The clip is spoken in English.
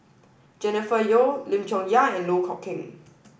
Jennifer Yeo Lim Chong Yah and Loh Kok Heng